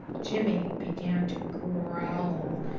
jimmy began to growl,